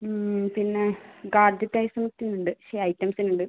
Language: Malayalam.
ഉം പിന്നെ ഗാഡ്ജറ്റ് ഐറ്റംസിനുണ്ട് ഷേയ് ഐറ്റംസിനുണ്ട്